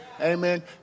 Amen